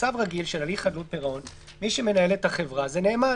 במצב רגיל של הליך חדלות פירעון מי שמנהל את החברה זה נאמן